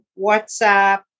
WhatsApp